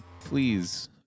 please